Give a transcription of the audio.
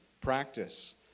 practice